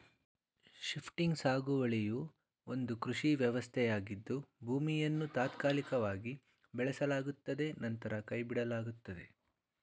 shifting ಸಾಗುವಳಿಯು ಒಂದು ಕೃಷಿ ವ್ಯವಸ್ಥೆಯಾಗಿದ್ದು ಭೂಮಿಯನ್ನು ತಾತ್ಕಾಲಿಕವಾಗಿ ಬೆಳೆಸಲಾಗುತ್ತದೆ ನಂತರ ಕೈಬಿಡಲಾಗುತ್ತದೆ